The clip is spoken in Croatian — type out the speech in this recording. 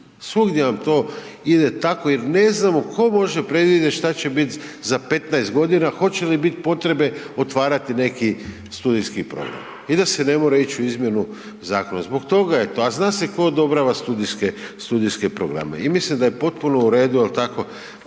Svugdje vam to ide tako jer ne znam ko može predvidjeti šta će biti za 15 g., hoće li biti potrebe otvarati neki studijski program i da se ne mora ić u izmjenu zakona. Zbog toga je, pa zna ko odobrava studijske programe i mislim da je potpuno u redu, jel' tako,